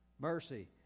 Mercy